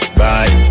bye